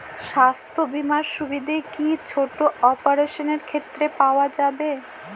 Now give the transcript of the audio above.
স্বাস্থ্য বীমার সুবিধে কি ছোট অপারেশনের ক্ষেত্রে পাওয়া যাবে?